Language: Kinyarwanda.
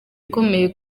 ukomeye